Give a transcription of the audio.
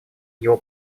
его